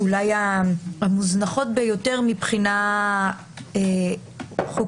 אולי המוזנחות ביותר מבחינה חוקתית.